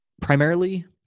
primarily